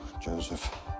Joseph